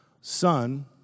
son